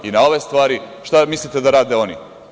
Na ove stvari, šta mislite da rade oni?